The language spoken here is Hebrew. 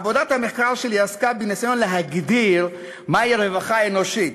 עבודת המחקר שלי עסקה בניסיון להגדיר מהי רווחה אנושית,